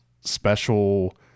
special